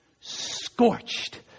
Scorched